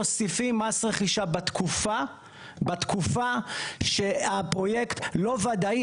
אנחנו פה מוסיפים מס רכישה בתקופה שהפרויקט לא וודאי.